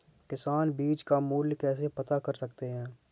किसान बीज का मूल्य कैसे पता कर सकते हैं?